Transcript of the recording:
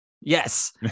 Yes